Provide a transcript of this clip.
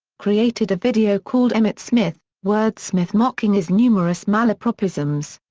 created a video called emmitt smith wordsmith mocking his numerous malapropisms.